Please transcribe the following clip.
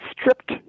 stripped